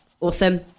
Awesome